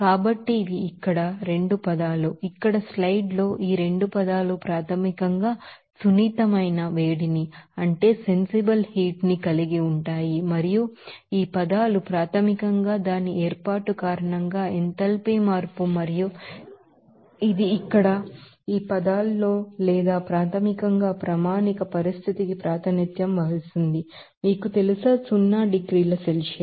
కాబట్టి ఇవి ఇక్కడ 2 పదాలు ఇక్కడ స్లైడ్ లో ఈ 2 పదాలు ప్రాథమికంగా సున్నితమైన వేడిని కలిగి ఉంటాయి మరియు ఈ పదాలు ప్రాథమికంగా దాని ఏర్పాటు కారణంగా ఎంథాల్పీ మార్పు మరియు ఇది ఇక్కడ ఈ పదాలలో లేదా ప్రాథమికంగా ప్రామాణిక పరిస్థితికి ప్రాతినిధ్యం వహిస్తుంది మీకు తెలుసా సున్నా డిగ్రీల సెల్సియస్